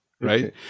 right